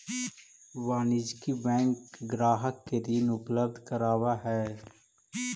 वाणिज्यिक बैंक ग्राहक के ऋण उपलब्ध करावऽ हइ